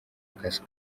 akazi